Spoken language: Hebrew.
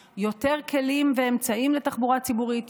ציבורית: יותר כלים ואמצעים לתחבורה הציבורית,